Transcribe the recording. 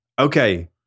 Okay